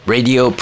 Radio